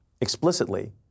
explicitly